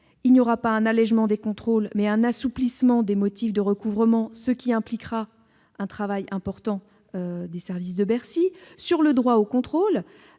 lieu à un allégement des contrôles, mais à un assouplissement des motifs de recouvrement, ce qui impliquera un travail important des services de Bercy. S'agissant du droit au contrôle,